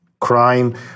crime